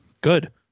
Good